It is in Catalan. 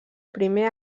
primer